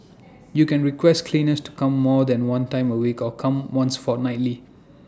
you can request cleaners to come more than one time A week or come once fortnightly